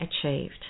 achieved